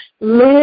Live